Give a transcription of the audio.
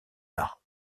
arts